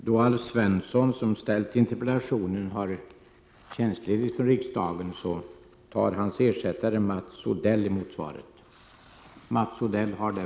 Med anledning av Alf Svenssons ledighet tar hans ersättare Mats Odell emot svaret.